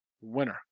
Winner